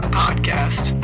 podcast